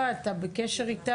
תעש, משרד הביטחון.